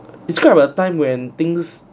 it's kind of a time when things